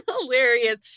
hilarious